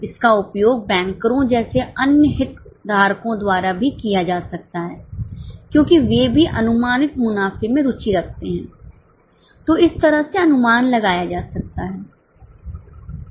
इसका उपयोग बैंकरों जैसे अन्य हितधारकों द्वारा भी किया जा सकता है क्योंकि वे भी अनुमानित मुनाफे में रुचि रखते हैं तो इस तरह से अनुमान लगाया जा सकता है